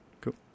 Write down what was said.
Cool